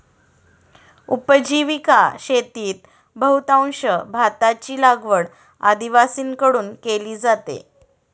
उपजीविका शेतीत बहुतांश भाताची लागवड आदिवासींकडून केली जाते